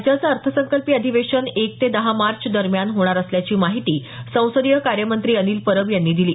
राज्याचं अर्थसंकल्पीय अधिवेशन एक ते दहा मार्च दरम्यान होणार असल्याची माहिती संसदीय कार्य मंत्री अनिल परब यांनी दिली